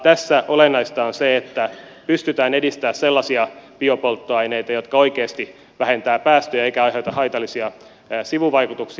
tässä olennaista on se että pystytään edistämään sellaisia biopolttoaineita jotka oikeasti vähentävät päästöjä eivätkä aiheuta haitallisia sivuvaikutuksia